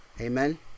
Amen